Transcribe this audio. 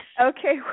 Okay